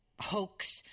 hoax